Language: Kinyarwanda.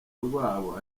rwabo